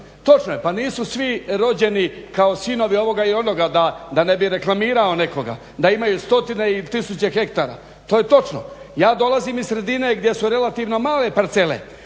Točno je, pa nisu svi rođeni kao sinovi ovoga i onoga da ne bi reklamirao nekoga, da imaju stotine i tisuće hektara. To je točno. Ja dolazim iz sredine gdje su relativno male parcele,